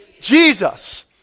Jesus